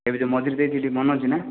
ଏବେ ଯେଉଁ ମଝିରେ ଦେଇଥିଲି ମନେ ଅଛି ନା